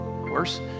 Worse